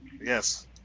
Yes